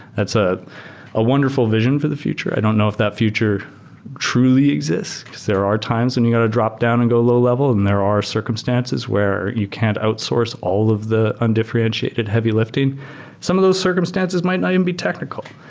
that's a ah wonderful vision for the future. i don't know if that future truly exists, because there are times when and you got to drop down and go low-level. and there are circumstances where you can't outsource all of the undifferentiated heavy-lifting some of those circumstances might not even be technical.